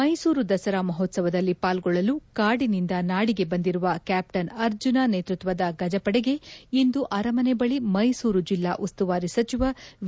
ಮೈಸೂರು ದಸರಾ ಮಹೋತ್ಸವದಲ್ಲಿ ಪಾಲ್ಗೊಳ್ಳಲು ಕಾಡಿನಿಂದ ನಾಡಿಗೆ ಬಂದಿರುವ ಕ್ಯಾಪ್ವನ್ ಅರ್ಜುನ ನೇತೃತ್ವದ ಗಜಪಡೆಗೆ ಇಂದು ಅರಮನೆ ಬಳಿ ಮೈಸೂರು ಜಿಲ್ಲಾ ಉಸ್ತುವಾರಿ ಸಚಿವ ವಿ